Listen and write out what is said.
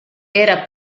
era